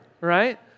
right